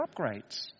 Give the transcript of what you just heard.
upgrades